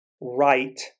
right